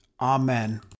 Amen